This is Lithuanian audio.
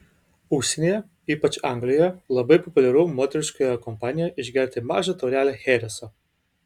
užsienyje ypač anglijoje labai populiaru moteriškoje kompanijoje išgerti mažą taurelę chereso